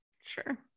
Sure